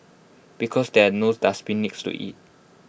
because there's no dustbin next to IT